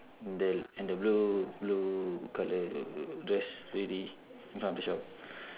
the and the blue blue colour got got dress ready in front of the shelf